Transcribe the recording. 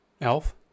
Elf